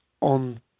on